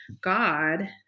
God